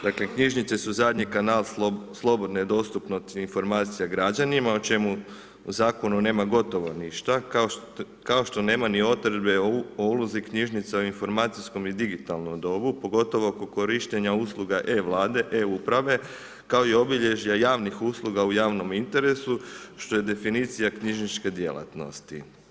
Dakle knjižnice su zadnji kanal slobodne dostupnosti informacija građanima o čemu u zakonu nema gotovo ništa kao što nema ni odredbe o ulozi knjižnica u informacijskom i digitalnom dobu pogotovo oko korištenja usluga e-Vlade, e-uprave kao i obilježja javnih usluga u javnom interesu što je definicija knjižnične djelatnosti.